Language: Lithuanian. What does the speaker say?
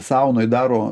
saunoj daro